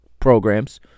programs